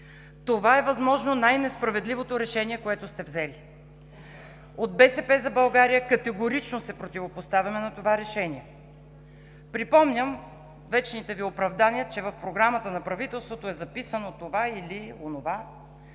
Това е възможно най-несправедливото решение, което сте взели. От „БСП за България“ категорично се противопоставяме на това решение. Припомням вечните Ви оправдания, че в Програмата на правителството е записано това или онова.